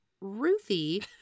Ruthie